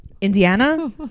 Indiana